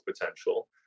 potential